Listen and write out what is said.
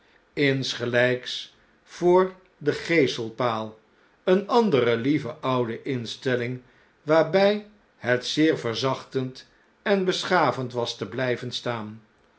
insgeljjks voor den geeselpaal eene andere lieve oude instelling waarbg het zeer verzachtend en beschavend was te blijven staan